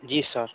जी sir